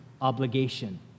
obligation